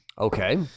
Okay